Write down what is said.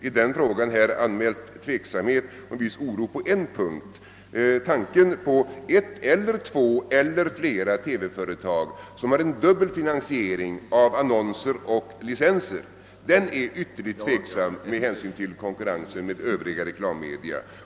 På denna punkt har jag uttalat en viss oro. Dubbelfinansiering genom annonser och licenser då det gäller ett, två eller flera TV-företag är någonting ytterst tvivelaktigt med hänsyn till konkurrensen med övriga reklammedia.